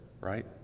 right